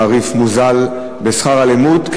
מתעריף מוזל בשכר הלימוד,